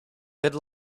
good